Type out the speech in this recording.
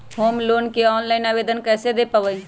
Home loan के online आवेदन कैसे दें पवई?